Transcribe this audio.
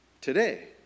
today